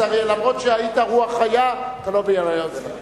אף שהיית רוח חיה, אתה לא מבין היוזמים.